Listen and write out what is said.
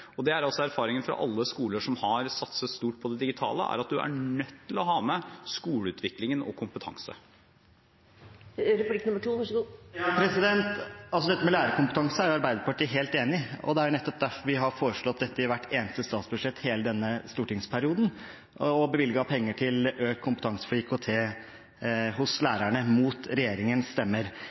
Erfaringen fra alle skoler som har satset stort på det digitale, er at man er nødt til å ha med skoleutviklingen og kompetanse. Dette med lærerkompetanse er Arbeiderpartiet helt enig i. Det er nettopp derfor vi har foreslått dette i hvert eneste statsbudsjett hele denne stortingsperioden og bevilget penger til økt kompetanse innenfor IKT hos lærerne, mot regjeringens stemmer.